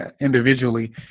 individually